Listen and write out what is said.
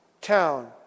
town